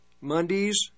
Mondays